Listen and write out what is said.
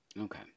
Okay